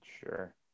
Sure